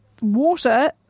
water